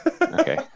Okay